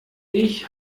ich